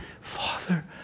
Father